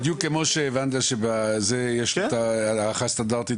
בדיוק כמו שהבנת שבזה יש את ההערכה הסטנדרטית